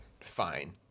fine